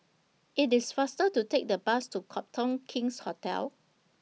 IT IS faster to Take The Bus to Copthorne King's Hotel